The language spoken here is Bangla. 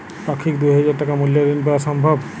পাক্ষিক দুই হাজার টাকা মূল্যের ঋণ পাওয়া সম্ভব?